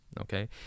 Okay